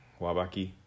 wabaki